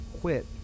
quit